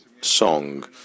song